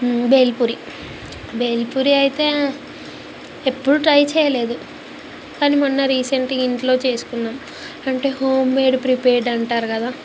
బేల్పూరి బేల్పూరి అయితే ఎప్పుడు ట్రై చేయలేదు కాని మొన్న రీసెంట్ ఇంట్లో చేసుకున్నాం అంటే హోంమేడ్ ప్రిపేర్డ్ అంటారు కదా